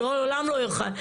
הוא לעולם לא יוכל,